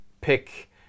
pick